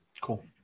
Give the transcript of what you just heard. Cool